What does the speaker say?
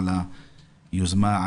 על היוזמה,